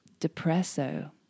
Depresso